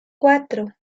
cuatro